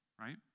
right